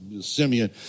Simeon